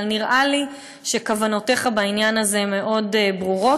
אבל נראה לי שכוונותיך בעניין הזה מאוד ברורות.